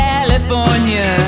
California